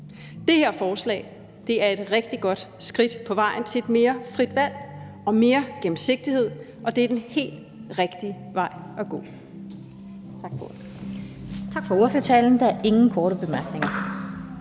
Det her forslag er et rigtig godt skridt på vejen til et mere frit valg og mere gennemsigtighed, og det er den helt rigtige vej at gå.